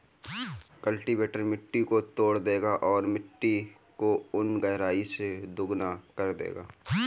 cultivator मिट्टी को तोड़ देगा और मिट्टी को उन गहराई से दोगुना कर देगा